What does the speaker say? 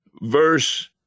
verse